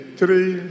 three